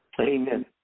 Amen